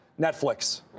Netflix